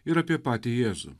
ir apie patį jėzų